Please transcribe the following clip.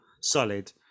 solid